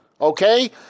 okay